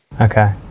Okay